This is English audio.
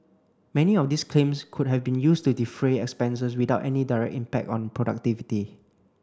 many of these claims could have been used to defray expenses without any direct impact on productivity